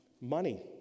Money